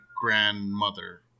grandmother